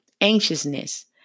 anxiousness